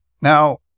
Now